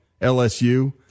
LSU